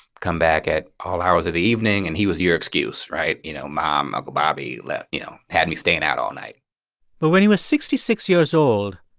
come back at all hours of the evening, and he was your excuse, right? you know, mom, uncle bobby let you know, had me staying out all night but when he was sixty six years old,